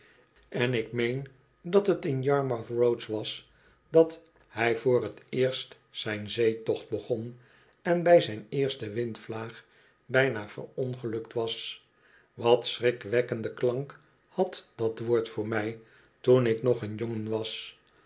on ik meen dat t in yarmouth roads was dat hij voor t eerst zijn zeetocht begon en bij zijn eerste windvlaag bijna verongelukt was wat schrikwekkend en klank had dat woord voor mij toen ik nog een jongen was